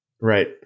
Right